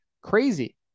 Crazy